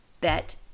bet